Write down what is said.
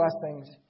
blessings